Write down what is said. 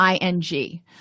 ING